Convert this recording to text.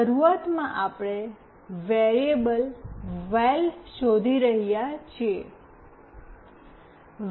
શરૂઆતમાં આપણે variable "val" શોધી રહ્યા છીએ